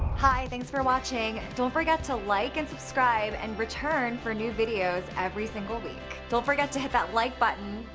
hi. thanks for watching. don't forget to like and subscribe and return for new videos every single week. don't forget to hit that like button.